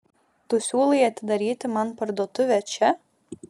tu siūlai atidaryti man parduotuvę čia